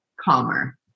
calmer